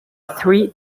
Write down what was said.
three